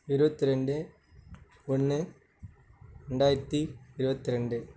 இருவத்திரெண்டு ஒன்று ரெண்டாயிரத்தி இருவத்திரெண்டு